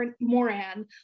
Moran